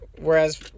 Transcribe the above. Whereas